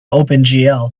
opengl